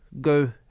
go